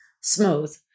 smooth